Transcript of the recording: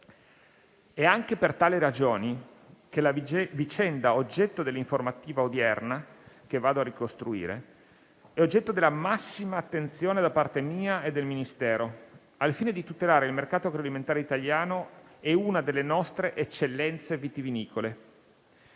È anche per tali ragioni che alla vicenda oggetto dell'informativa odierna, che vado a ricostruire, è rivolta la massima attenzione da parte mia e del Ministero, al fine di tutelare il mercato agroalimentare italiano e una delle nostre eccellenze vitivinicole.